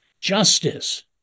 justice